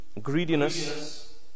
greediness